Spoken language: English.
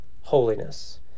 holiness